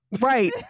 Right